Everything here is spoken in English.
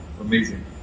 Amazing